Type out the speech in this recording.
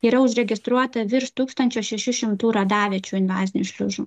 yra užregistruota virš tūkstančio šešių šimtų radaviečių invazinių šliužų